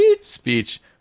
speech